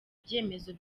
ibyemezo